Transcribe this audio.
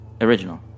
Original